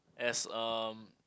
as um